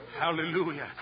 Hallelujah